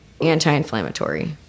anti-inflammatory